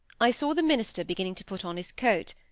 i saw the minister beginning to put on his coat,